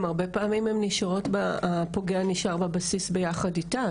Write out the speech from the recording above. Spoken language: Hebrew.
גם הרבה פעמים הפוגע נשאר בבסיס ביחד איתה.